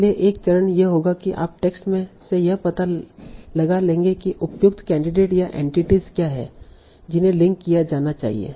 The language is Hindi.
इसलिए एक चरण यह होगा कि आप टेक्स्ट से यह पता लगा लेंगे कि उपयुक्त कैंडिडेट या एंटिटीस क्या हैं जिन्हें लिंक किया जाना चाहिए